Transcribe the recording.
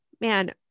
man